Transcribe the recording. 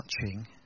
touching